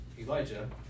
Elijah